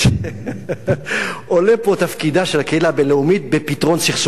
עולה פה תפקידה של הקהילה הבין-לאומית בפתרון סכסוכים,